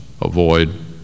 avoid